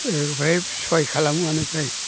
ओमफ्राय सहाय खालामोआनो फ्राय